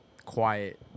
Quiet